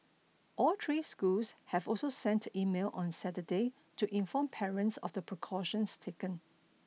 all three schools have also sent emails on Saturday to inform parents of precautions taken